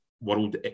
world